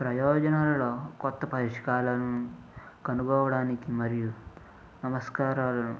ప్రయోజనాలలో కొత్త పలిష్కాలం కనుగోడానికి మరియు నమస్కారాలు